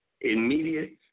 immediate